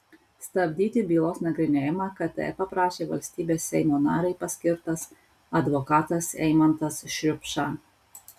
stabdyti bylos nagrinėjimą kt paprašė valstybės seimo narei paskirtas advokatas eimantas šriupša